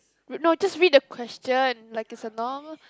no just read the question like it's a normal